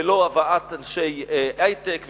ולא הבאת אנשי היי-טק וכדומה,